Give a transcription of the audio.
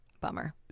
Bummer